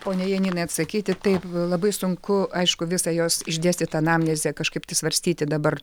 poniai janinai atsakyti taip labai sunku aišku visą jos išdėstytą anamnezę kažkaip tai svarstyti dabar